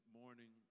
morning